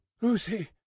Lucy